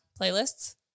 playlists